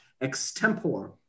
extempore